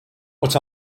but